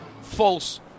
false